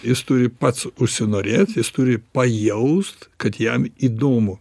jis turi pats užsinorėt jis turi pajaust kad jam įdomu